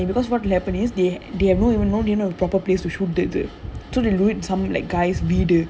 it's it's damn funny because what happen is they they have don't even have a proper place to show the the so they do it in some like guys வீடு:veedu